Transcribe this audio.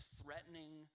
threatening